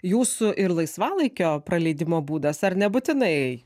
jūsų ir laisvalaikio praleidimo būdas ar nebūtinai